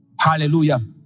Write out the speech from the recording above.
Hallelujah